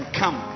come